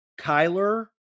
Kyler